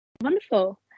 wonderful